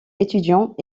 étudiants